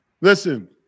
Listen